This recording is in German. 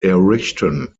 errichten